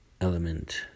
element